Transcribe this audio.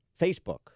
Facebook